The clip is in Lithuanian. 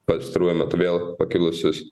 pastaruoju metu vėl pakilusius